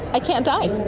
i can't die.